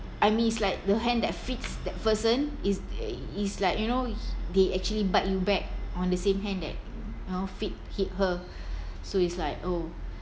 I means it's like the hand that feeds that person is is like you know they actually bite you back on the same hand that feed her so it's like oh